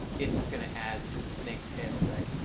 it's just going to add to the snake tail, right?